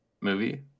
movie